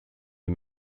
des